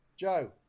Joe